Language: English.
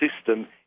system